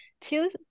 two